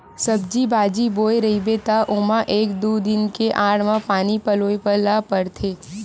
सब्जी बाजी बोए रहिबे त ओमा एक दू दिन के आड़ म पानी पलोए ल परथे